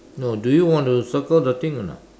no do you want to circle the thing or not